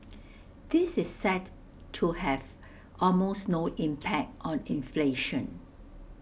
this is set to have almost no impact on inflation